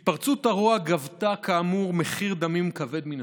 התפרצות הרוע גבתה, כאמור, מחיר דמים כבד מנשוא.